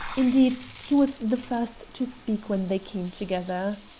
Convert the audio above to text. indeed, he was the first to speak when they came together.